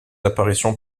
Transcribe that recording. apparition